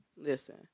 listen